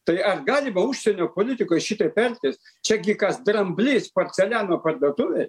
tai ar galima užsienio politikoj šitaip elgtis čiagi kas dramblys porceliano parduotuvėj